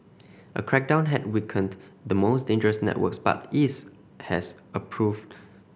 a crackdown had weakened the most dangerous networks but is has proved